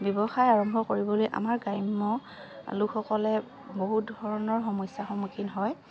ব্যৱসায় আৰম্ভ কৰিবলৈ আমাৰ গ্ৰাম্য লোকসকলে বহুত ধৰণৰ সমস্যাৰ সন্মুখীন হয়